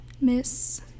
miss